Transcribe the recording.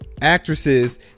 actresses